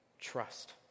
trust